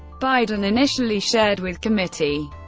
biden initially shared with committee,